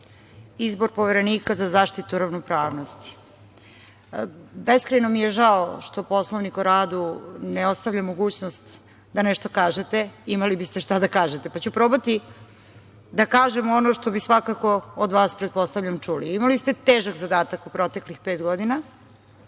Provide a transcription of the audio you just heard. izbor Poverenika za zaštitu ravnopravnosti. Beskrajno mi je žao što Poslovnik o radu ne ostavlja mogućnost da nešto kažete, jer biste imali šta da kažete. Ja ću probati da kažem ono što bi, pretpostavljam, svakako od vas čuli. Imali ste težak zadatak u proteklih pet godina.